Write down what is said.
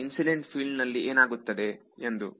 ಈಗ ಇನ್ಸಿಡೆಂಟ್ ಫೀಲ್ಡಿನಲ್ಲಿ ಏನಾಗುತ್ತದೆ ಎಂದು